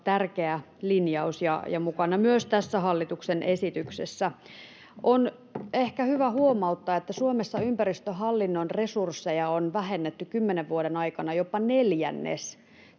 tärkeä linjaus ja mukana myös hallituksen esityksessä. On ehkä hyvä huomauttaa, että Suomessa ympäristöhallinnon resursseja on vähennetty kymmenen vuoden aikana jopa neljännes.